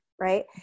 right